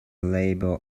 libel